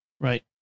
Right